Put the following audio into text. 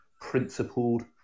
principled